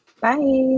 Bye